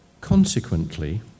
consequently